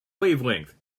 wavelength